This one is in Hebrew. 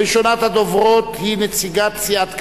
ראשונת הדוברים היא נציגת סיעת קדימה,